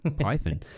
python